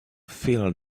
feel